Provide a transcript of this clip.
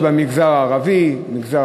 מכובדי השר וחברי חברי הכנסת,